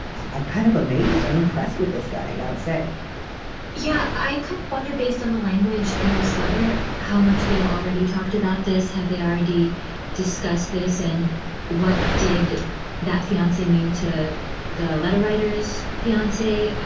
i'm kind of amazed. i'm impressed with this guy. i got to say yeah. i could wonder, based on the language in this letter, how much they've already talked about this. have they already discussed this? and what did that fiancee mean to the letter writers fiancee?